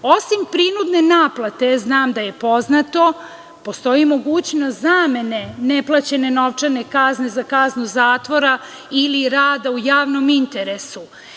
Osim prinudne naplate, znam da je poznato, postoji mogućnost zamene neplaćene novčane kazne za kaznu zatvora ili rada u javnom interesu.